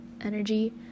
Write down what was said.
energy